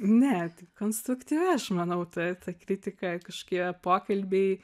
ne konstruktyvi aš manau ta ta kritika kažkokie pokalbiai